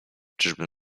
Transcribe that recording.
czyżbym